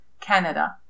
Canada